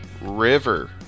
River